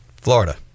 florida